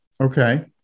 Okay